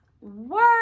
Work